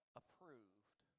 approved